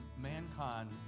mankind